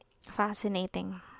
fascinating